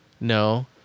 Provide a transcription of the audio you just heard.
No